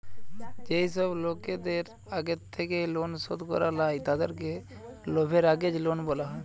যেই সব লোকদের আগের থেকেই লোন শোধ করা লাই, তাদেরকে লেভেরাগেজ লোন বলা হয়